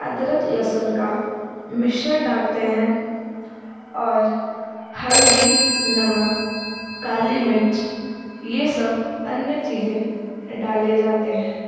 अदरक लहसुन का मिश्रण डालते हैं और हल्दी नमक काली मिर्च यह सब अन्य चीज़ें डाले जाते हैं